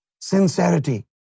sincerity